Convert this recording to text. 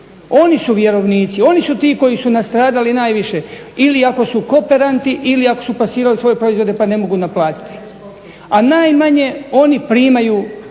Oni su vjerovnici. Oni su ti koji su nastradali najviše ili ako su koperanti ili ako su plasirali svoje proizvode, pa ne mogu naplatiti. A najmanje oni primaju